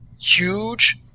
huge